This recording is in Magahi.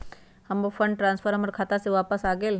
हमर फंड ट्रांसफर हमर खाता में वापस आ गेल